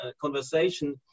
conversation